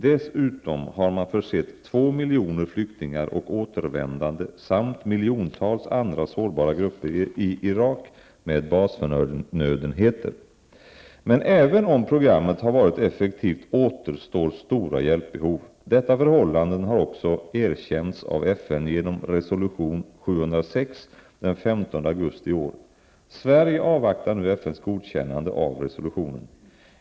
Dessutom har man försett två miljoner flyktingar och återvändande samt miljontals andra sårbara grupper i Irak med basförnödenheter. Men även om programmet har varit effektivt återstår stora hjälpbehov. Detta förhållande har också erkänts av FN genom resolution 706 den 15 augusti i år. Sverige avvaktar nu FNs godkännande av resolutionen.